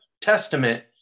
testament